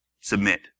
Submit